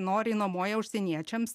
noriai nuomoja užsieniečiams